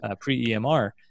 pre-EMR